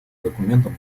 документом